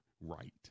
right